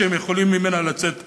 שהם יכולים ממנה לצאת החוצה.